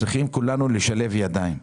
צריכים כולנו לשלב ידיים,